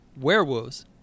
werewolves